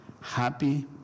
happy